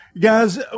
Guys